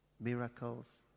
miracles